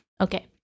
Okay